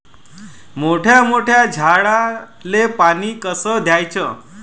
मोठ्या मोठ्या झाडांले पानी कस द्याचं?